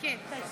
כן.